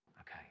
Okay